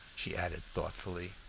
she added thoughtfully.